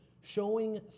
showing